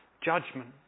judgment